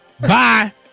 Bye